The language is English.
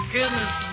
Goodness